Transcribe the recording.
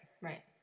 right